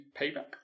Payback